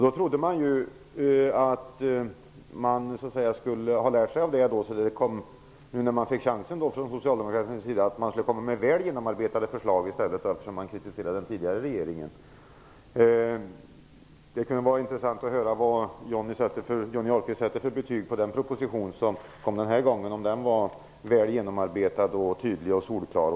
Då trodde jag att man skulle lärt sig av detta och när Socialdemokraterna nu fick chansen i stället skulle komma med väl genomarbetade förslag, eftersom man kritiserade den tidigare regeringen. Det kunde vara intressant att höra vad Johnny Ahlqvist sätter för betyg på den proposition som kom den här gången, om den var väl genomarbetad, tydlig och solklar.